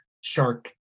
shark